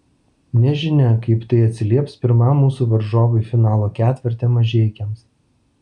nežinia kaip tai atsilieps pirmam mūsų varžovui finalo ketverte mažeikiams